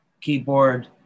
keyboard